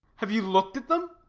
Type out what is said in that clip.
have you looked at them?